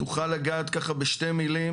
אם תוכל לגעת ככה בשתי מילים,